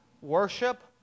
worship